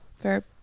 Verb